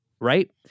Right